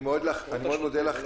אני מאוד מודה לך.